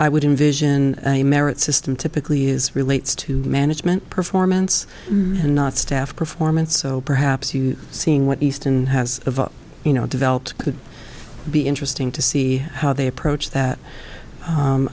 i would envision a merit system typically is relates to management performance not staff performance so perhaps you are seeing what easton has you know developed could be interesting to see how they approach that